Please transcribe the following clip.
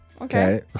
Okay